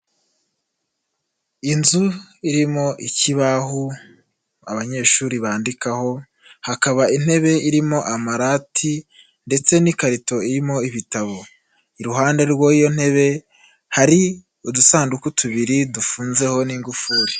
Inzu irimo ikibaho, abanyeshuri bandikaho, hakaba intebe irimo amarati, ndetse n'ikarito irimo ibitabo. Iruhande rw'iyo ntebe, hari udusanduku tubiri dufunzeho n'ingufuri.